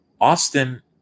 Austin